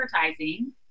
advertising